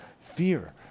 fear